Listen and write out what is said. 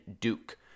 Duke